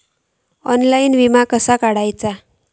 Online विमो कसो काढायचो?